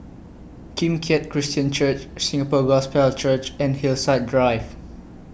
Kim Keat Christian Church Singapore Gospel Church and Hillside Drive